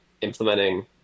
implementing